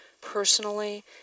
personally